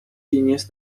genius